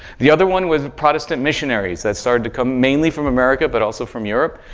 the other one was protestant missionaries that started to come, mainly from america, but also from europe,